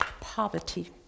poverty